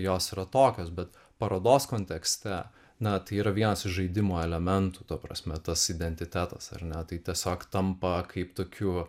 jos yra tokios bet parodos kontekste na tai yra vienas žaidimo elementų ta prasme tas identitetas ar ne tai tiesiog tampa kaip tokiu